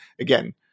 again